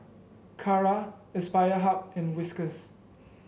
Kara Aspire Hub and Whiskas